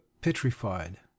petrified